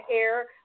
air